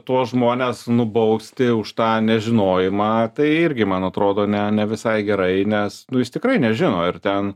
tuos žmones nubausti už tą nežinojimą tai irgi man atrodo ne ne visai gerai nes nu jis tikrai nežino ir ten